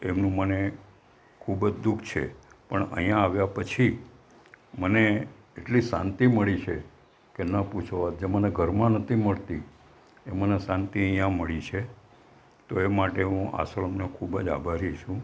એનું મને ખૂબ જ દુઃખ છે પણ અહીંયા આવ્યા પછી મને એટલી શાંતિ મળી છે કે ન પૂછો વાત જે મને ઘરમાં નહોતી મળતી એ મને શાંતિ અહીંયા મળી છે તો એ માટે હું આશ્રમનો ખૂબ જ આભારી છું